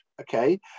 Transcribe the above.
okay